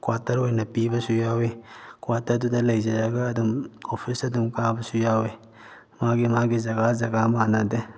quarter ꯑꯣꯏꯅ ꯄꯤꯕꯁꯨ ꯌꯥꯎꯏ ꯀ꯭ꯋꯥꯇꯔꯗꯨꯗ ꯂꯩꯖꯔꯒ ꯑꯗꯨꯝ ꯑꯣꯐꯤꯁ ꯑꯗꯨꯝ ꯀꯥꯕꯁꯨ ꯌꯥꯎꯏ ꯃꯥꯒꯤ ꯃꯥꯒꯤ ꯖꯒꯥ ꯖꯒꯥ ꯃꯥꯟꯅꯗꯦ